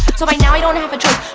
so by now i don't have a choice,